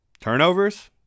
Turnovers